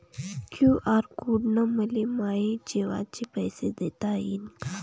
QR code न मले माये जेवाचे पैसे देता येईन का?